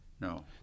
No